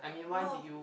no